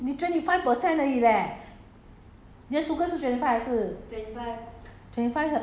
我的水等一下因为没有这样甜 no because 你 f~ twenty five percent 而已 leh